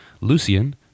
lucian